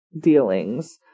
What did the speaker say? dealings